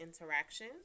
interaction